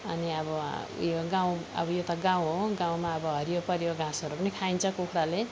अनि अब ऊ यो गाउँ अब यो त गाउँ हो गाउँमा अब हरियोपरियो घाँसहरू पनि खाइन्छ कुखुराले